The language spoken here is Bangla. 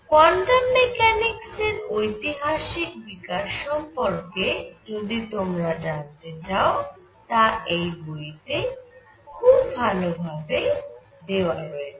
কোয়ান্টাম মেকানিক্সের ঐতিহাসিক বিকাশ সম্পর্কে যদি তোমরা জানতে চাও তা এই বইতে খুব ভাল ভাবে দেওয়া আছে